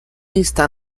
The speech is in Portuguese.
está